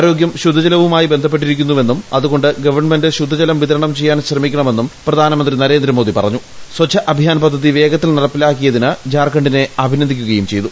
ആരോഗ്യം ശുദ്ധജലവുമായി ബന്ധപ്പെട്ടിരിക്കുന്നുവെന്നും അതുകൊണ്ട് ഗവൺമെന്റ് ശുദ്ധജലം വിതരണം ചെയ്യാൻ ശ്രമിക്കണമെന്നും പ്രധാനമന്ത്രി നരേന്ദ്രമോദി പറഞ്ഞൂർ സ്പ്ട്ടു അഭിയാൻ പദ്ധതി വേഗത്തിൽ നടപ്പിലാക്കിയതിന് ജാർഖ്ഖ്സ്ഥിനെ അഭിനന്ദിക്കുകയും ചെയ്തു